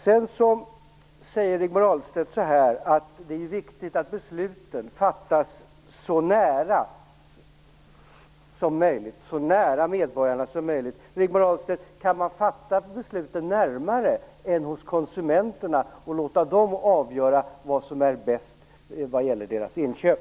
Sedan säger Rigmor Ahlstedt att det är viktigt att besluten fattas så nära medborgarna som möjligt. Rigmor Ahlstedt - kan man fatta besluten närmare än hos konsumenterna och låta dem avgöra vad som är bäst när det gäller deras inköp?